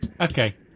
Okay